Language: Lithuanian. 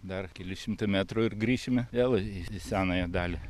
dar keli šimtai metrų ir grįšime vėl į į senąją dalį